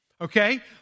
okay